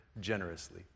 generously